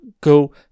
go